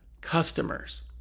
customers